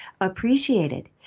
appreciated